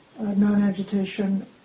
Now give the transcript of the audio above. non-agitation